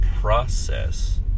process